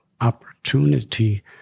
opportunity